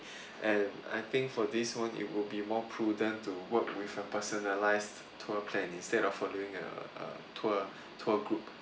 and I think for this one it will be more prudent to work with a personalised tour plan instead of following a a tour tour group